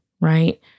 right